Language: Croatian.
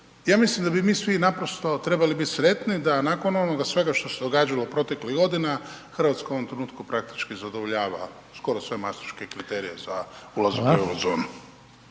ja mislim da bi mi svi naprosto trebali biti sretni da nakon onoga svega što se događalo proteklih godina Hrvatska u ovom trenutku praktički zadovoljava skoro sve mastriške kriterije za ulazak u eurozonu.